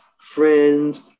friends